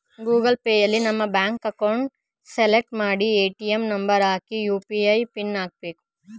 Google ಪೇಯಲ್ಲಿ ನಮ್ಮ bank account select ಮಾಡಿ ಎ.ಟಿ.ಎಂ ನಂಬರ್ ಹಾಕಿ ಯು.ಪಿ.ಐ ಪಿನ್ ಹಾಕ್ಬೇಕು